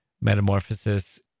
metamorphosis